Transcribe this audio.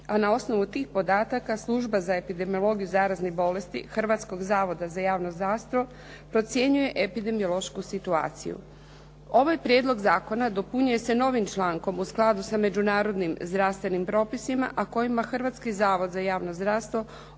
a na osnovu tih podataka Služba za epidemiologiju zaraznih bolesti Hrvatskog zavoda za javno zdravstvo procjenjuje epidemiološku situaciju. Ovaj prijedlog zakona dopunjuje se novim člankom u skladu sa međunarodnim zdravstvenim propisima a kojima Hrvatski zavod za javno zdravstvo